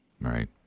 Right